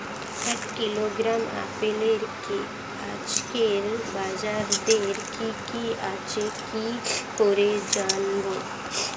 এক কিলোগ্রাম আপেলের আজকের বাজার দর কি কি আছে কি করে জানবো?